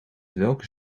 welke